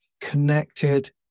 connected